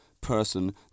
person